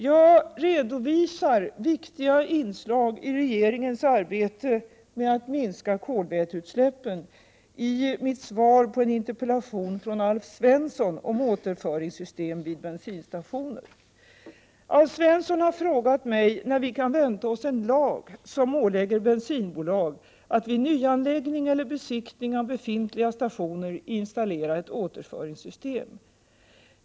Jag redovisar viktiga inslag i regeringens arbete med att minska kolväteutsläppen i mitt svar på en interpellation av Alf Svensson om ett återinföringssystem vid bensinstationer. Alf Svensson har frågat mig när vi kan vänta oss en lag, som ålägger bensinbolag att vid nyanläggning eller besiktning av befintliga stationer installera ett återföringssystem.